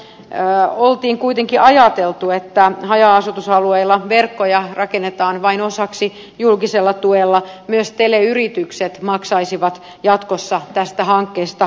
hankkeen käynnistyttyä oli kuitenkin ajateltu että haja asutusalueilla verkkoja rakennetaan vain osaksi julkisella tuella että myös teleyritykset maksaisivat jatkossa tästä hankkeesta kolmanneksen